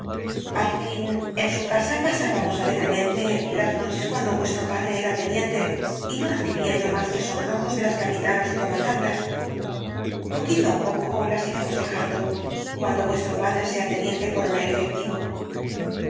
al fin en su casa pasábamos alegremente las noches cuando vuestro padre era teniente y no recibía yo más que sonrojos de las capitanas y comandantas poquito á poco las iremos dejando cuando vuestro padre sea teniente coronel efectivo